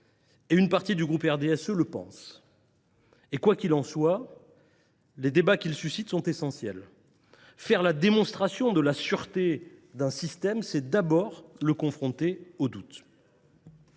de membres du groupe RDSE le pensent. Quoi qu’il en soit, les débats qu’il suscite sont essentiels : faire la démonstration de la sûreté d’un système, c’est d’abord le confronter au doute